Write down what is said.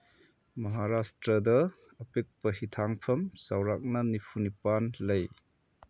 ꯃꯍꯥꯔꯥꯁꯇ꯭ꯔꯗ ꯑꯄꯤꯛꯄ ꯍꯤꯊꯥꯡꯐꯝ ꯆꯧꯔꯥꯛꯅ ꯅꯤꯐꯨꯅꯤꯄꯥꯟ ꯂꯩ